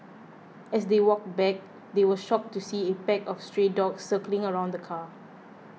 as they walked back they were shocked to see a pack of stray dogs circling around the car